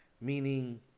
meaning